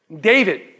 David